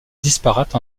disparate